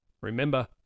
Remember